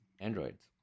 androids